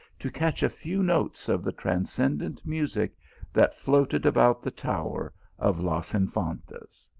to catch a few notes of the transcendent music that floated about the tower of las infantas.